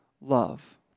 love